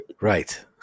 right